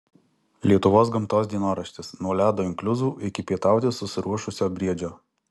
lietuvos gamtos dienoraštis nuo ledo inkliuzų iki pietauti susiruošusio briedžio